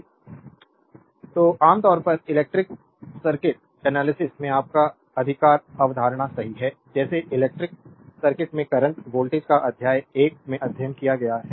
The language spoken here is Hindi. स्लाइड टाइम देखें 0034 तो आम तौर पर इलेक्ट्रिकल सर्किट एनालिसिस में आपका अधिकार अवधारणा सही है जैसे इलेक्ट्रिक सर्किट में करंट वोल्टेज का अध्याय 1 में अध्ययन किया गया है